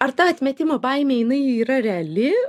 ar ta atmetimo baimė jinai yra reali